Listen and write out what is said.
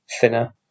thinner